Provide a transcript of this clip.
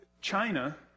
China